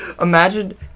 Imagine